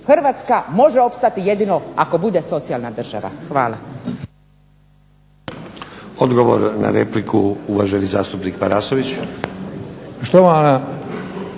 Hrvatska može opstati jedino ako bude socijalna država. Hvala.